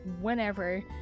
whenever